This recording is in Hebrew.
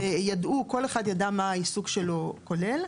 כל אחד ידע מה העיסוק שלו כולל,